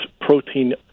protein